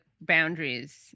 boundaries